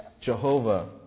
Jehovah